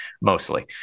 mostly